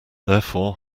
therefore